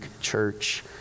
Church